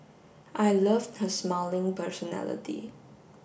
I loved her smiling personality